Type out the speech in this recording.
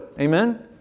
Amen